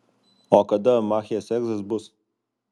o kada machės egzas bus